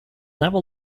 never